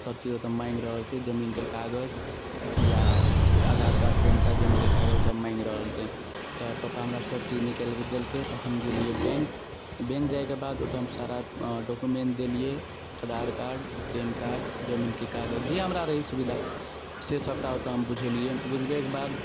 सबचीज अपन माँगि रहल छै जमीनके कागज या आधार कार्ड पैन कार्ड जमीनके कागज सब माँगि रहल छै तऽ पप्पा हमरा सबचीज निकालिके देलकै तऽ हम गेलिए बैँक बैँक जाएके बाद ओहिठाम सारा डॉक्युमेन्ट देलिए आधार कार्ड पैन कार्ड जमीनके कागज जे हमरा रहै सुविधासे सबटा ओतऽ हम बुझलिए बुझबैके बाद